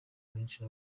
benshi